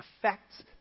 affects